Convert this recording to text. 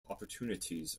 opportunities